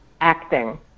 acting